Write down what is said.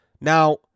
Now